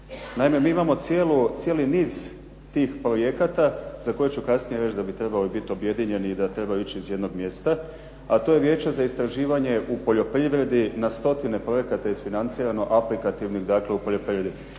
Naime, mi imamo cijeli niz tih projekata za koje ću kasnije reći da bi trebali biti objedinjeni i da trebaju ići iz jednog mjesta, a to je Vijeće za istraživanje u poljoprivredi na stotine projekata isfinancirano aplikativno dakle u poljoprivredi.